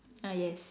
ah yes